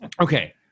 Okay